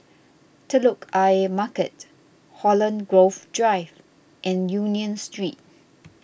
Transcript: Telok Ayer Market Holland Grove Drive and Union Street